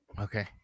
Okay